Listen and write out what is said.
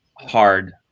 hard